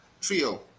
trio